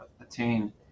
attain